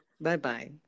Bye-bye